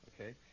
okay